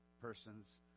persons